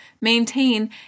maintain